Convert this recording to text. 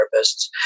therapists